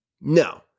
No